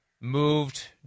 moved